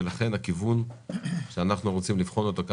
ולכן הכיוון שאנחנו רוצים לבחון אותו כאן